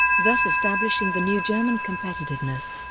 thus establishing the new german competitiveness.